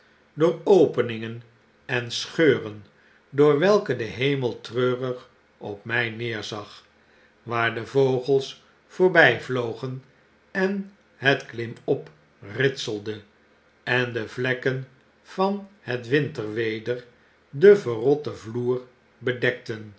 door openingen en scheuren door welke de hemel treurig op my neerzag waar de vogels voorby vlogen en het klimop ritselde en de vlekken van het winterweder den verrotten vloer bedekten